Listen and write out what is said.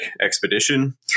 expedition